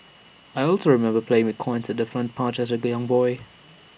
I also remember playing with coins at the front porch as A young boy